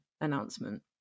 announcement